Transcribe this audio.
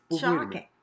shocking